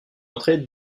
entrée